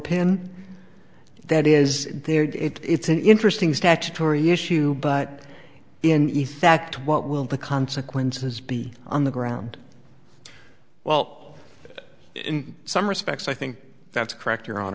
pin that is there and it's an interesting statutory issue but in effect what will the consequences be on the ground well in some respects i think that's correct you